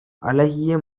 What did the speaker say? அழகிய